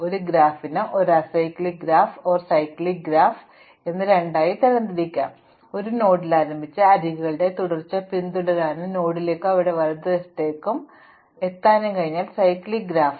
അതിനാൽ ഒരു ഇടത് പോലുള്ള ഒരു ഗ്രാഫാണ് ഒരു അസൈക്ലിക്ക് ഗ്രാഫ് അതിൽ നിങ്ങൾക്ക് ഒരു നോഡിലും ആരംഭിച്ച് അരികുകളുടെ തുടർച്ച പിന്തുടരാനും നോഡിലേക്കും അവയുടെ വലതുവശത്തേക്കും സൈക്കിളുകളുള്ള ഗ്രാഫ്